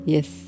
Yes